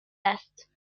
است